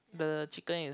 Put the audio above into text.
the chicken is